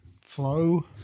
flow